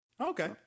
Okay